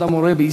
2015)